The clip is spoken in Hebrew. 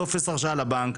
טופס הרשאה לבנק,